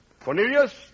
Cornelius